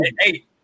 Hey